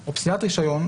או פסילת רישיון,